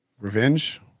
Revenge